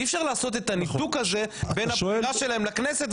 אי אפשר לעשות את הניתוק הזה בין הבחירה שלהם לכנסת.